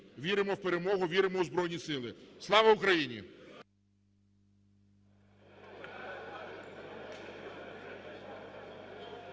Віримо в перемогу, віримо в Збройні Сили! Слава Україні!